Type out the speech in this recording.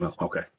Okay